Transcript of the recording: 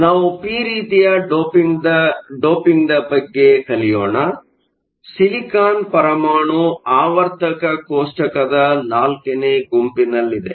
ನಾವು ಪಿ ರೀತಿಯ ಡೋಪಿಂಗ್ ಬಗ್ಗೆ ಕಲಿಯೋಣ ಸಿಲಿಕಾನ್ ಪರಮಾಣು ಆವರ್ತಕ ಕೋಷ್ಟಕದ ನಾಲ್ಕನೇ ಗುಂಪಿನಲ್ಲಿದೆ